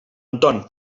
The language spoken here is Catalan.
anton